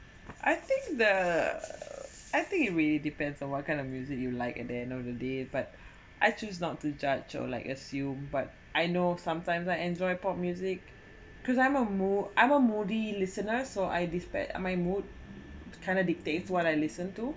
I think the I think it really depends on what kind of music you like at the end of the day but I choose not to judge or like assume but I know sometimes I enjoy pop music because I'm a moo~ I'm a moody listener so I despair my mood kinda dictates what I listen to